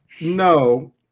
No